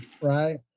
Right